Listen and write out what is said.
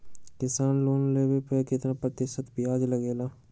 किसान लोन लेने पर कितना प्रतिशत ब्याज लगेगा?